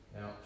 Now